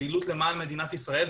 פעילות למען מדינת ישראל.